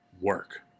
work